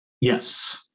Yes